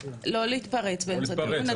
לא להתפרץ באמצע דיון,